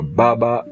baba